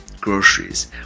groceries